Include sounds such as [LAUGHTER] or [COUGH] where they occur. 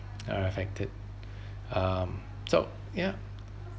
are affected [BREATH] um so ya